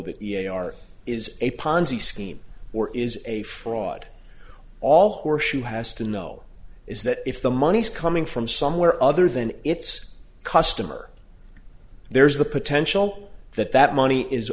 r is a ponzi scheme or is a fraud all horseshoe has to know is that if the money is coming from somewhere other than its customer there's the potential that that money is